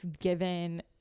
given